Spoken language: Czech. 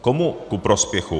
Komu ku prospěchu?